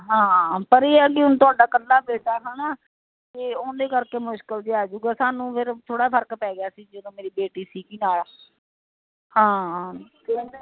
ਹਾਂ ਪਰ ਇਹ ਐ ਕੀ ਹੁਨ ਤੁਹਾਡਾ ਇਕੱਲਾ ਬੇਟਾ ਹਨਾ ਤੇ ਉਨਦੇ ਕਰਕੇ ਮੁਸ਼ਕਿਲ ਜਾ ਆਜੂਗਾ ਸਾਨੂੰ ਫੇਰ ਥੋੜਾ ਫਰਕ ਪੈ ਗਿਆ ਸੀ ਜਦੋਂ ਮੇਰੀ ਬੇਟੀ ਸੀਗੀ ਨਾਲ ਹਾਂ